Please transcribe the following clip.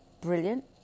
Brilliant